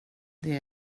det